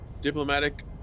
Diplomatic